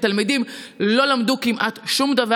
התלמידים לא למדו כמעט שום דבר.